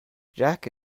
jack